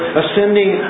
ascending